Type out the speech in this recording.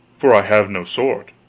for i have no sword.